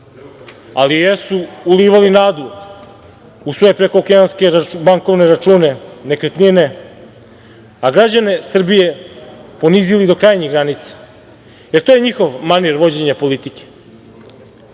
Ali, jesu ulivali nadu u svoje prekookeanske bankovne račune, nekretnine, a građane Srbije ponizili do krajnjih granica. Jer, to je njihov manir vođenja politike. Ne